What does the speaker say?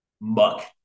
muck